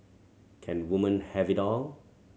can woman have it all